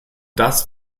das